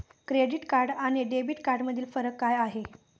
Credit card आणि debit कार्डमधील फरक काय आहे?